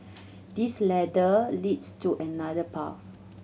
this ladder leads to another path